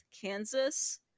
Kansas